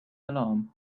alarm